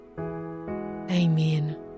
Amen